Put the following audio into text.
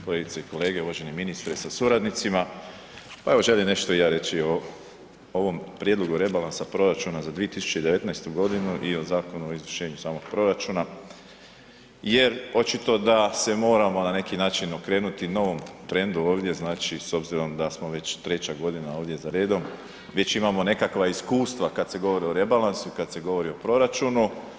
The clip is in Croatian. Kolegice i kolege, uvaženi ministre sa suradnicima, pa evo želim nešto i ja reći o ovom prijedlogu rebalansa proračuna za 2019. godinu i o Zakonu o izvršenju samog proračuna jer očito da se moramo na neki način okrenuti novom trendu ovdje znači s obzirom da smo već treća godina ovdje za redom, već imamo nekakva iskustva kad se govori o rebalansu, kad se govori o proračunu.